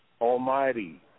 Almighty